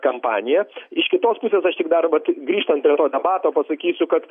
kampaniją iš kitos pusės aš tik dar vat grįžtant prie to debato pasakysiu kad